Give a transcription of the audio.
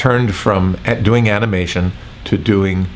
turned from doing animation to doing